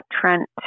Trent –